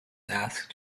asked